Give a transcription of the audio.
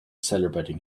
celebrating